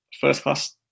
first-class